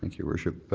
your worship.